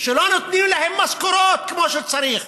כשלא נותנים להם משכורות כמו שצריך,